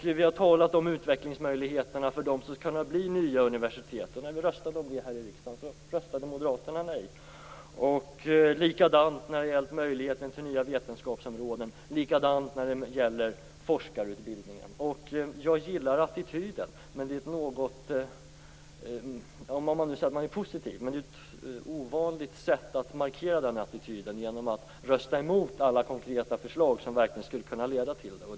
Vi har talat om utvecklingsmöjligheterna för dem som skall kunna bli nya universitet. När vi röstade om det här i riksdagen röstade moderaterna nej. Likadant var det när det gällde möjligheten till nya vetenskapsområden, och likadant var det när det gällde forskarutbildningen. Jag gillar attityden, dvs. att man säger att man är positiv. Men att rösta emot alla konkreta förslag som verkligen skulle kunna leda till någonting är ett ovanligt sätt att markera den attityden.